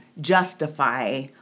justify